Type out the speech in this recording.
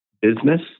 business